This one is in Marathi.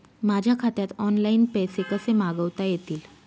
माझ्या खात्यात ऑनलाइन पैसे कसे मागवता येतील?